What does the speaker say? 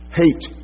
hate